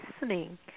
listening